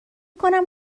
کنم